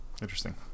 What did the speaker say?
Interesting